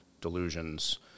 delusions